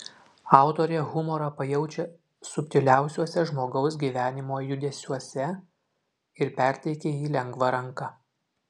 autorė humorą pajaučia subtiliausiuose žmogaus gyvenimo judesiuose ir perteikia jį lengva ranka